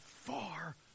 far